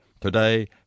Today